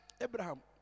Abraham